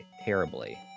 terribly